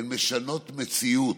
הן משנות מציאות,